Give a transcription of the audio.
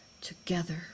together